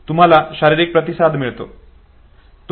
तुम्हाला शारीरिक प्रतिसाद मिळतो